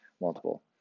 multiple